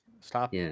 Stop